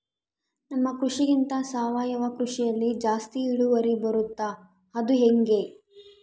ನಮ್ಮ ಕೃಷಿಗಿಂತ ಸಾವಯವ ಕೃಷಿಯಲ್ಲಿ ಜಾಸ್ತಿ ಇಳುವರಿ ಬರುತ್ತಾ ಅದು ಹೆಂಗೆ?